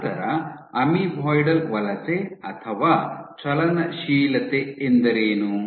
ನಂತರ ಅಮೀಬಾಯ್ಡಲ್ ವಲಸೆ ಅಥವಾ ಚಲನಶೀಲತೆ ಎಂದರೇನು